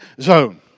zone